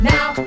Now